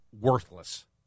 worthless